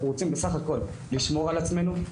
אנחנו רוצים בסך הכול לשמור על עצמנו,